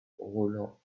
rolland